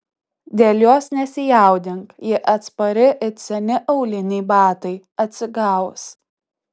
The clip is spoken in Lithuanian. dėl jos nesijaudink ji atspari it seni auliniai batai atsigaus